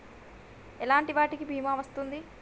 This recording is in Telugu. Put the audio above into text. ఎలాంటి వాటికి బీమా వస్తుంది?